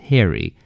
Harry？